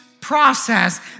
process